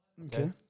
Okay